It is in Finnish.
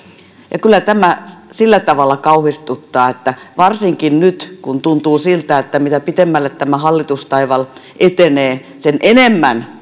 ja kyllä tämä sillä tavalla kauhistuttaa että varsinkin nyt tuntuu siltä että mitä pitemmälle tämä hallitustaival etenee sen enemmän